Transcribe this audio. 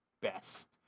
best